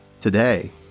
Today